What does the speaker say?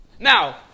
Now